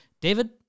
david